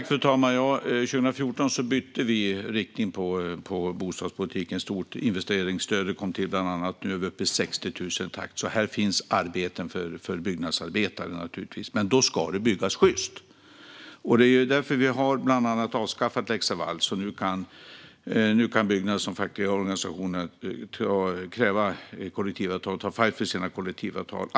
Fru talman! År 2014 bytte vi riktning på bostadspolitiken och införde bland annat investeringsstödet. Nu är vi uppe i en takt av 60 000 bostäder, så här finns arbete för byggnadsarbetare. Men det ska byggas sjyst, och därför har vi bland annat avskaffat lex Laval. Nu kan Byggnads kräva kollektivavtal och ta fajt för dem.